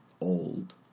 old